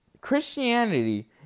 Christianity